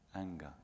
anger